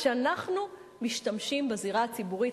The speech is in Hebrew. כשאנחנו משתמשים בזירה הציבורית,